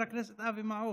רק שנייה, עוד